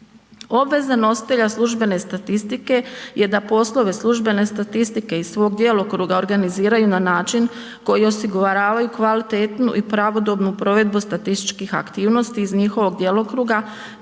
Obveza nositelja službene statistike je da poslove službene statistike iz svog djelokruga organiziraju na način koji osiguravaju kvalitetnu i pravodobnu provedbu statističkih aktivnosti iz njihovih djelokruga